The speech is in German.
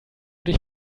dich